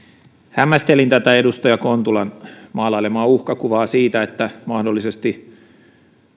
hämmästelin tätä edustaja kontulan maalailemaa uhkakuvaa siitä että mahdollisesti